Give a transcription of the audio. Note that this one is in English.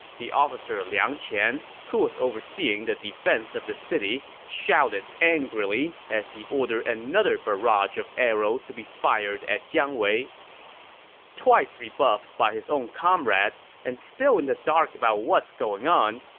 the officer liang qian, who was overseeing the defense of the city, shouted angrily as he ordered another barrage of arrows to be fired at jiang wei twice rebuffed by his own comrades and still in the dark about what's going on,